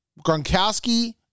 Gronkowski